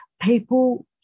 people